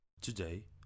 Today